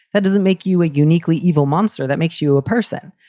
that doesn't make you a uniquely evil monster. that makes you a person.